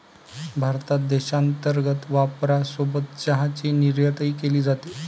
भारतात देशांतर्गत वापरासोबत चहाची निर्यातही केली जाते